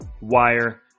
Wire